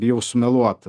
bijau sumeluot